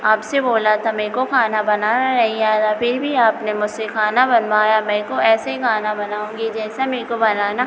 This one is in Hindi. आपसे बोला था मे को खाना बनाना नहीं आता फिर भी आपने मुझसे खाना बनवाया मेरे को ऐसे ही खाना बनाऊँगी जैसा मेरे को बनाना